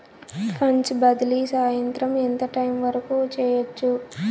funds బదిలీ సాయంత్రం ఎంత టైము వరకు చేయొచ్చు